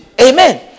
Amen